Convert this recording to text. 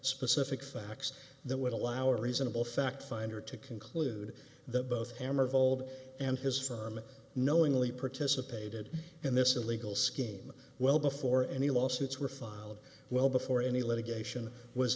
specific facts that would allow a reasonable fact finder to conclude that both am of old and his firm knowingly participated in this illegal scheme well before any lawsuits were filed well before any litigation was